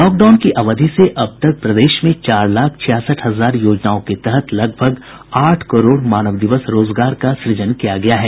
lockdown की अवधि से अब तक प्रदेश में चार लाख छियासठ हजार योजनाओं के तहत लगभग आठ करोड़ मानव दिवस रोजगार का सुजन किया गया है